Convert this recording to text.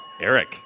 Eric